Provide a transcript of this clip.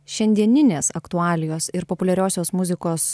šiandieninės aktualijos ir populiariosios muzikos